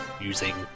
using